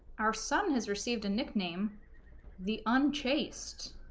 our son has received a nickname the unchaste